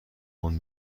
تند